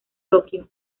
tokio